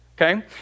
Okay